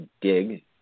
dig